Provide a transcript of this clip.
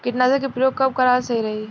कीटनाशक के प्रयोग कब कराल सही रही?